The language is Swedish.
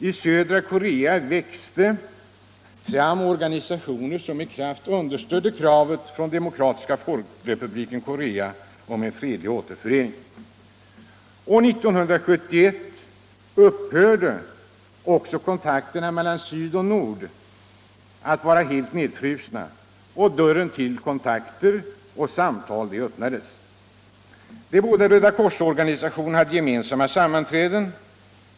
I södra Korea växte fram organisationer som med kraft understödde kravet från Demokratiska folkrepubliken Korea på en fredlig återförening. År 1971 upphörde också förbindelserna mellan syd och nord att vara helt nedfrusna, och dörren till kontakter och samtal öppnades. De båda Rödakorsorganisationerna hade gemensamma sammanträden.